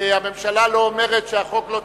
הממשלה לא אומרת שהחוק לא צודק,